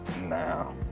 now